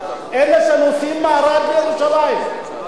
אלה שנוסעים מערד לירושלים,